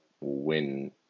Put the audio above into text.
win